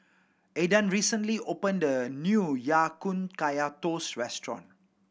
Adan recently opened a new Ya Kun Kaya Toast restaurant